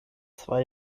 zwei